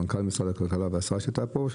מנכ"ל משרד הכלכלה והשרה שהייתה פה,